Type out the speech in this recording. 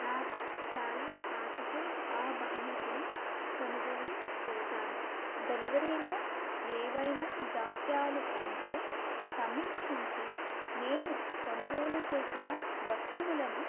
నాకు చాలా ఆశతో ఆ బహుమతిని కొనుగోలు చేశాను డెలివరీలో ఏవైనా జాప్యాలు ఉంటే సమీక్షించి నేను కొనుగోలు చేసిన వస్తువులను